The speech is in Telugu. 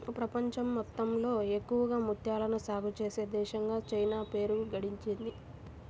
ప్రపంచం మొత్తంలో ఎక్కువగా ముత్యాలను సాగే చేసే దేశంగా చైనా పేరు గడించింది